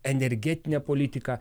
energetinę politiką